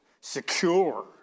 secure